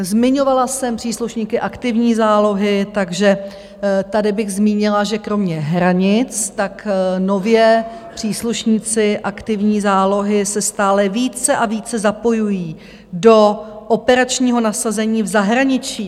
Zmiňovala jsem příslušníky aktivní zálohy, takže tady bych zmínila, že kromě hranic nově příslušníci aktivní zálohy se stále více a více zapojují do operačního nasazení v zahraničí.